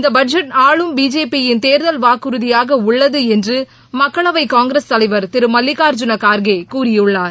இந்த பட்ஜெட் ஆளும் பிஜேபி யின் தேர்தல் வாக்குறுதியாக உள்ளது என்று மக்களவை காங்கிரஸ் தலைவர் திரு மல்லிகார்ஜூன கார்கே கூறியுள்ளார்